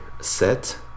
set